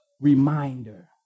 reminder